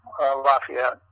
Lafayette